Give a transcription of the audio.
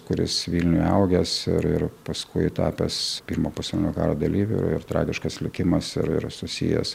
kuris vilniuje augęs ir paskui tapęs pirmo pasaulinio karo dalyviu ir tragiškas likimas ir yra susijęs